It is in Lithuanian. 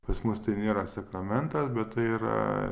pas mus tai nėra sakramentas bet tai yra